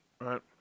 right